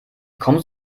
kommst